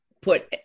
put